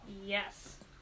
Yes